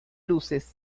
luces